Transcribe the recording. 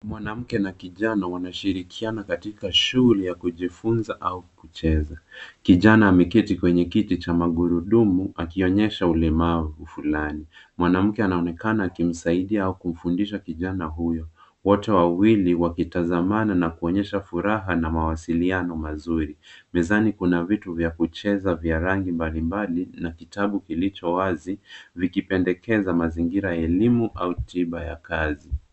Mwanamke na kijana wame shirikiana katika shughuli ya kujifunza au kucheza. Kijana ameketi kwenye kiti cha magurudumu, akionyesha ulimi kwa utani fulani. Mwanamke anaonekana akimsaidia au akimfundisha kijana huyo. Wote wawili wanatazamana, wakionyesha furaha na mawasiliano mazuri. Mezani kuna vitu vya kucheza vya rangi mbalimbali na kitabu kilicho wazi, vikionyesha mazingira ya elimu au tiba ya kazi.